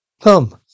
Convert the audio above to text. Come